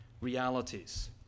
realities